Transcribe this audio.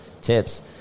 tips